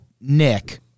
nick